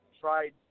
Tried